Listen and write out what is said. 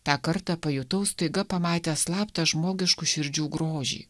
tą kartą pajutau staiga pamatęs slaptą žmogiškų širdžių grožį